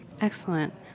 Excellent